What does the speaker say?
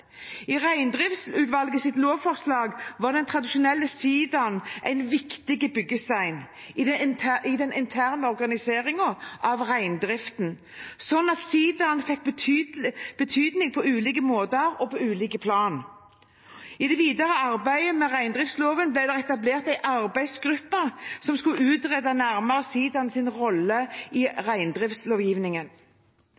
lovforslag var den tradisjonelle sidaen en viktig byggestein i den interne organiseringen av reindriften, slik at sidaen fikk betydning på ulike måter og på ulike plan. I det videre arbeidet med reindriftsloven ble det etablert en arbeidsgruppe som skulle utrede nærmere sidaens rolle i